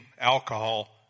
alcohol